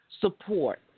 support